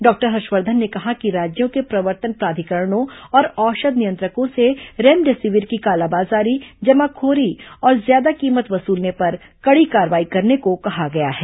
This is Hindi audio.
डॉक्टर हर्षवर्धन ने कहा कि राज्यों के प्रवर्तन प्राधिकरणों और औषध नियंत्रकों से रेमडेसिविर की कालाबाजारी जमाखोरी और ज्यादा कीमत वसूलने पर कड़ी कार्रवाई करने को कहा गया है